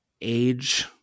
age